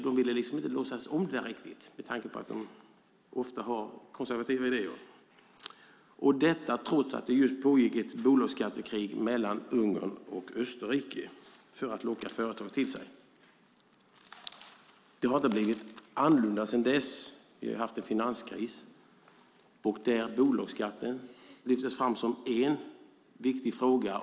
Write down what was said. De ville inte riktigt låtsas om det, med tanke på att de ofta har konservativa idéer - detta trots att det pågick ett bolagsskattekrig mellan Ungern och Österrike för att locka företag till sig. Det har inte blivit annorlunda sedan dess. Vi har haft en finanskris. Där lyftes bolagsskatten fram som en viktig fråga.